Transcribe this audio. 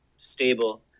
stable